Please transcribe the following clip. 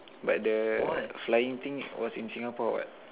but the flying thing was in Singapore what